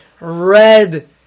red